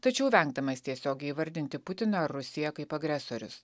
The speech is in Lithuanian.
tačiau vengdamas tiesiogiai įvardinti putino rusiją kaip agresorius